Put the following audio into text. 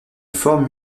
forme